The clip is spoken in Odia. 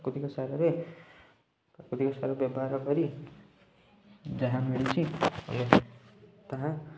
ପ୍ରାକୃତିକ ସାରରେ ପ୍ରାକୃତିକ ସାର ବ୍ୟବହାର କରି ଯାହା ମିଳୁଛି ତାହା